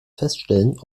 feststellen